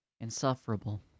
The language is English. insufferable